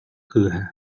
кыыһа